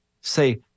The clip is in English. Say